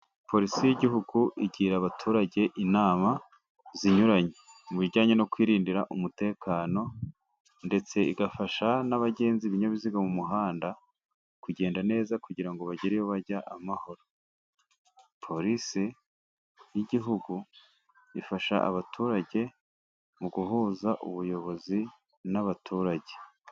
Porisi y'igihugu igira abaturage inama zinyuranye mu bijyanye no kwirindira umutekano, ndetse igafasha n'abagenza ibinyabiziga mu muhanda kugenda neza, kugira ngo bagere iyo bajya amahoro. Porisi y'igihugu ifasha abaturage mu guhuza ubuyobozi n'abaturage.